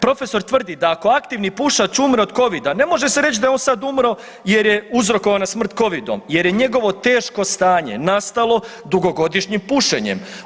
Profesor tvrdi da ako aktivni pušač umre od covida ne može se reć da je on sad umro jer je uzrokovana smrt covidom jer je njegovo teško stanje nastalo dugogodišnjim pušenjem.